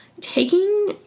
taking